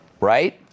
Right